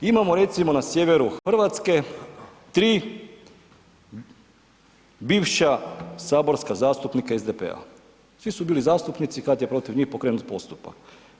Imamo recimo na sjeveru Hrvatske 3 bivša saborska zastupnika SDP-a, svi su bili zastupnici kad je protiv njih pokrenut postupak.